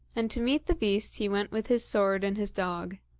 and to meet the beast he went with his sword and his dog.